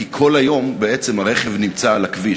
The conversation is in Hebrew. כי כל היום בעצם הרכב נמצא על הכביש,